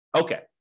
Okay